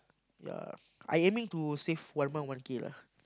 yea I aiming to save one month one K lah